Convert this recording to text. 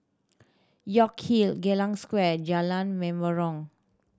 York Hill Geylang Square Jalan Menarong